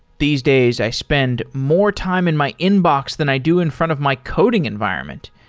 these days, i spend more time in my inbox than i do in front of my coding environment,